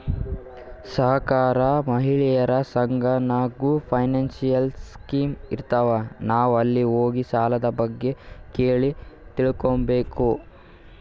ಸಹಕಾರ, ಮಹಿಳೆಯರ ಸಂಘ ನಾಗ್ನೂ ಫೈನಾನ್ಸಿಯಲ್ ಸ್ಕೀಮ್ ಇರ್ತಾವ್, ನಾವ್ ಅಲ್ಲಿ ಹೋಗಿ ಸಾಲದ್ ಬಗ್ಗೆ ಕೇಳಿ ತಿಳ್ಕೋಬೇಕು